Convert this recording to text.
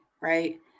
right